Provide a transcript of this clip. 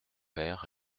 père